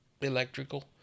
electrical